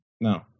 No